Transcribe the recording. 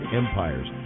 empires